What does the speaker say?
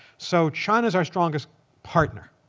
so china's our strongest partner.